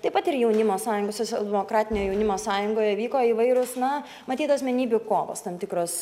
taip pat ir jaunimo sąjungos socialdemokratinio jaunimo sąjungoje vyko įvairūs na matyt asmenybių kovos tam tikros